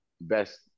best